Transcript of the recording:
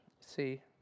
See